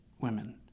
women